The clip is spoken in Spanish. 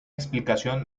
explicación